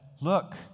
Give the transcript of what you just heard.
Look